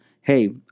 Hey